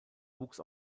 wuchs